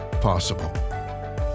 possible